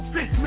Six